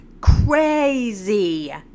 crazy